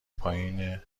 پائیدن